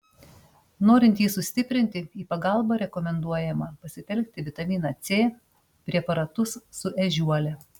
norint jį sustiprinti į pagalbą rekomenduojama pasitelkti vitaminą c preparatus su ežiuole